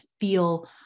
feel